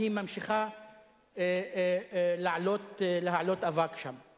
והיא ממשיכה להעלות אבק שם.